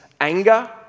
anger